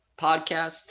podcast